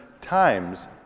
times